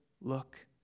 look